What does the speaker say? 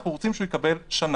אנחנו רוצים שהוא יקבל שנה.